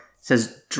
says